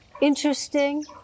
interesting